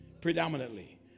Predominantly